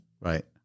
Right